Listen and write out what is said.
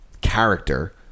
character